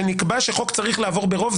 שנקבע שחוק צריך לעבור ברוב?